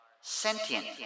sentient